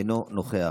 אינו נוכח.